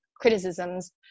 criticisms